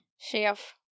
Chef